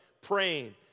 praying